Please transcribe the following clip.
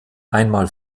einmal